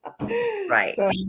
Right